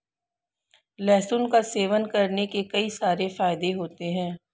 लहसुन का सेवन करने के कई सारे फायदे होते है